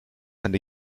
and